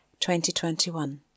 2021